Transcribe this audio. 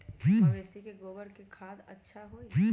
मवेसी के गोबर के खाद ज्यादा अच्छा होई?